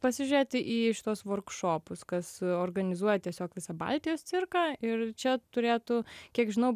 pasižiūrėti į šituos vorkšopus kas organizuoja tiesiog visą baltijos cirką ir čia turėtų kiek žinau